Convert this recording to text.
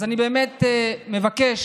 אז אני באמת מבקש